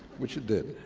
which it did.